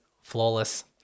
flawless